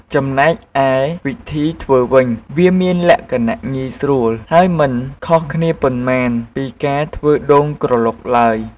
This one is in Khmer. ចំណែកឯវិធីធ្វើវិញ វាមានលក្ខណៈងាយស្រួល ហើយមិនខុសគ្នាប៉ុន្មានពីការធ្វើដូងក្រឡុកឡើយ។